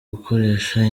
gukoresha